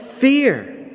fear